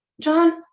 John